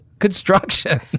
construction